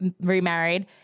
remarried